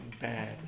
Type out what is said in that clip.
bad